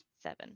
Seven